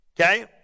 Okay